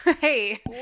Hey